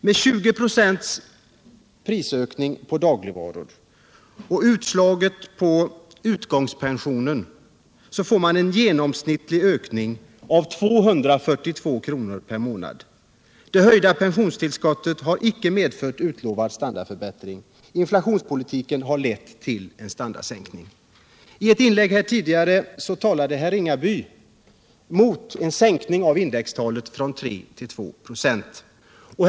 Med 20 96 prisökning på dagligvaror och utslaget på utgångspensionen får man en genomsnittlig ökning av kostnaderna med 242 kr. per månad. Det höjda pensionstillskottet har inte medfört utlovad standardförbättring. Inflationspolitiken har lett till en standardsänkning. I ett tidigare inlägg talade herr Ringaby mot en sänkning av indextalet från 3 till 2 96.